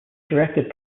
directed